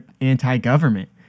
anti-government